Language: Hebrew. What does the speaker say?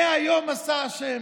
זה היום עשה ה'.